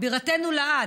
בירתנו לעד,